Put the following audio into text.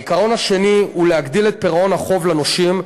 העיקרון השני הוא להגדיל את פירעון החוב לנושים,